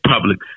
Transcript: public